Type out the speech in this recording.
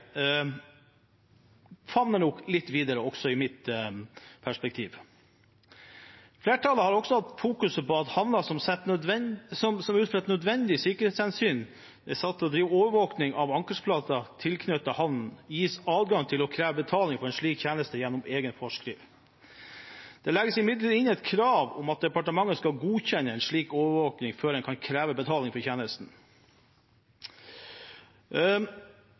favner nok videre også, i mitt perspektiv. Flertallet har også fokusert på at havner som ut fra et nødvendig sikkerhetshensyn er satt til å drive overvåkning av ankerplasser tilknyttet havnene, gis adgang til å kreve betaling for en slik tjeneste gjennom egen forskrift. Det legges imidlertid inn et krav om at departementet skal godkjenne en slik overvåkning før en kan kreve betaling for tjenesten.